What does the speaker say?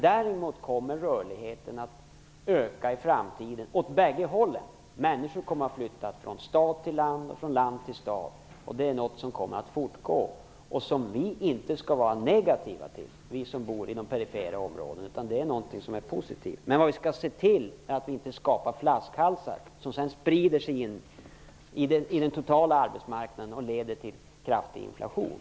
Däremot kommer rörligheten att öka i framtiden åt bägge hållen - människor kommer att flytta från stad till land och från land till stad. Det är någonting som kommer att fortgå och som vi inte skall vara negativa till, vi som bor i de perifera områdena, utan det är någonting som är positivt. Men vad vi skall se till är att vi inte skapar flaskhalsar, som sedan sprider sig in i den totala arbetsmarknaden och leder till kraftig inflation.